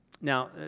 Now